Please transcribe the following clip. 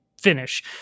finish